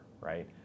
right